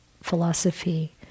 philosophy